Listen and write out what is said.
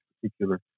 particular